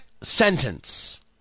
sentence